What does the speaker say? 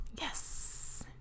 yes